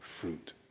fruit